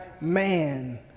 man